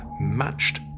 matched